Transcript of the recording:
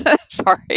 Sorry